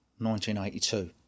1982